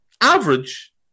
Average